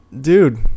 dude